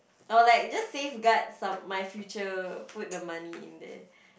or like just safeguard some my future put the money in there